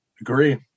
agree